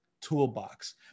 toolbox